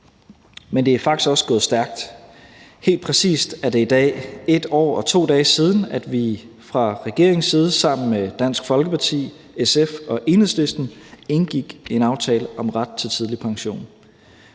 Men det er faktisk også gået stærkt, for helt præcist er det i dag 1 år og 2 dage siden, vi fra regeringens side sammen med Dansk Folkeparti, SF og Enhedslisten indgik en aftale om ret til tidlig pension.